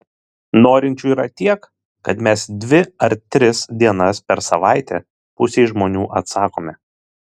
norinčių yra tiek kad mes dvi ar tris dienas per savaitę pusei žmonių atsakome